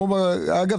אגב,